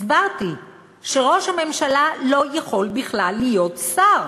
הסברתי שראש הממשלה לא יכול בכלל להיות שר.